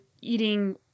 eating